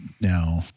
now